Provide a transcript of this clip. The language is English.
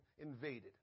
invaded